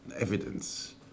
evidence